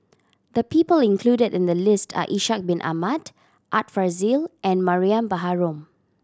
the people included in the list are Ishak Bin Ahmad Art Fazil and Mariam Baharom